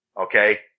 okay